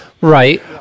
Right